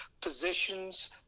positions